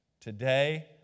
today